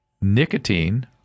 Nicotine